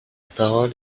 parole